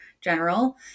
general